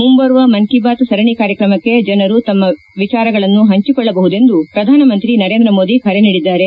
ಮುಂಬರುವ ಮನ್ ಕೀ ಬಾತ್ ಸರಣಿ ಕಾರ್ಯಕ್ರಮಕ್ಕೆ ಜನರು ತಮ್ನ ವಿಚಾರಗಳನ್ನು ಹಂಚಿಕೊಳ್ಲಬಹುದೆಂದು ಪ್ರಧಾನಮಂತ್ರಿ ಸರೇಂದ್ರ ಮೋದಿ ಕರೆ ನೀಡಿದ್ದಾರೆ